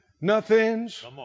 Nothing's